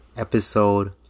Episode